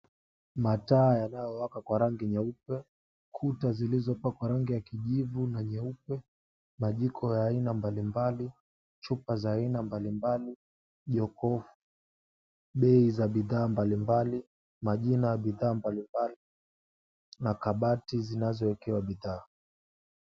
Mataa yanayowaka kwa rangi nyeupe. kuta zulizopakwa rangi ya kijivu na nyeupe .Majiko ya aina mbalimbali. Chupa za aina mbalimbali; jokofu. Bei za bidhaa mbalimbali .Na kabati linaloekewa bidhaa.